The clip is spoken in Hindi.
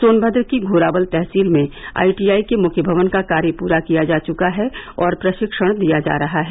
सोनवद्र की घोरावल तहसील में आईटीआई के मुख्य भवन का कार्य पूरा किया जा चुका है और प्रशिक्षण दिया जा रहा है